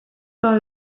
par